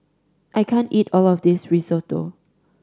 I can't eat all of this Risotto